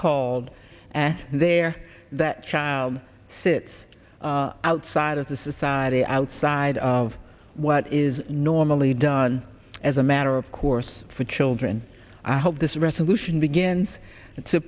called and there that child it's outside of the society outside of what is normally done as a matter of course for children i hope this resolution begins to